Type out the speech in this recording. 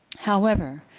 however,